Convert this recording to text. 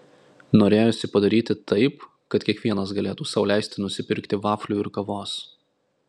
norėjosi padaryti taip kad kiekvienas galėtų sau leisti nusipirkti vaflių ir kavos